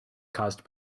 caused